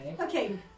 Okay